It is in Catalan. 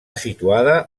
situada